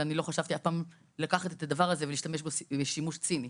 אני לא חשבתי אף פעם לקחת את הדבר הזה ולהשתמש בו שימוש ציני.